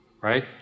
right